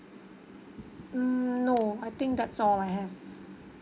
mm no I think that's all I have